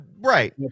right